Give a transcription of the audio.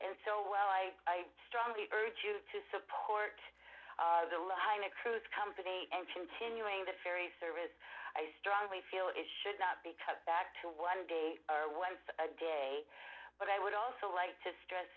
and so well i strongly urge you to support the line a cruise company and continuing the ferry service i strongly feel it should not be cut back to one day or once a day but i would also like to stress